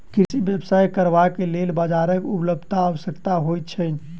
कृषि व्यवसाय करबाक लेल बाजारक उपलब्धता आवश्यक होइत छै